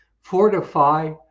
fortify